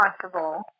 possible